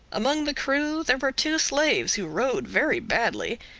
among the crew there were two slaves who rowed very badly,